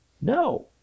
No